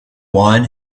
wine